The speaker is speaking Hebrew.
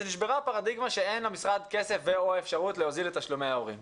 נשברה הפרדיגמה שאין למשרד כסף ו/או אפשרות להוזיל את תשלומי ההורים.